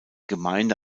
gemeinde